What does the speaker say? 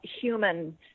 human